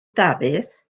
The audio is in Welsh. dafydd